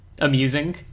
amusing